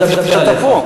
אני ידעתי שאתה פה.